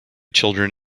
children